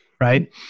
Right